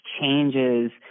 changes